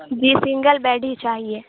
جی single bed ہی چاہیے